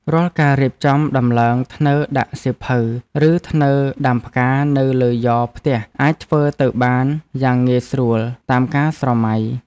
រាល់ការរៀបចំដំឡើងធ្នើរដាក់សៀវភៅឬធ្នើរដាំផ្កានៅលើយ៉រផ្ទះអាចធ្វើទៅបានយ៉ាងងាយស្រួលតាមការស្រមៃ។